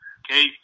okay